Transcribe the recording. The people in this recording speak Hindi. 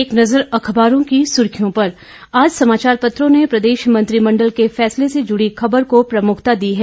एक नज़र अखबारों की सुर्खियों पर आज समाचार पत्रों ने प्रदेश मंत्रिमंडल के फैसले से जुड़ी खबर को प्रमुखता दी है